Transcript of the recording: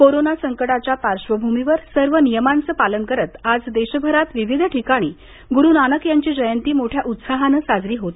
corona संकटाच्या पार्श्वभूमीवर सर्व नियमांचं पालन करत आज देशात विविध ठिकाणी गुरुनानक यांची जयंती उत्साहाने साजरी झाली